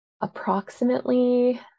approximately